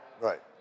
Right